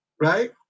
Right